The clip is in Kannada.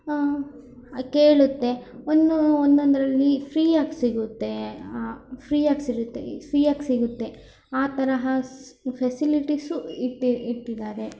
ಕೇಳುತ್ತೆ ಒಂದು ಒಂದೊಂದರಲ್ಲಿ ಫ್ರೀಯಾಗಿ ಸಿಗುತ್ತೆ ಫ್ರೀಯಾಗಿ ಸಿಗುತ್ತೆ ಇ ಫ್ರೀಯಾಗಿ ಸಿಗುತ್ತೆ ಆ ತರಹ ಸ್ ಫೆಸಿಲಿಟೀಸು ಇಟ್ಟು ಇಟ್ಟಿದ್ದಾರೆ